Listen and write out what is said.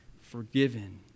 forgiven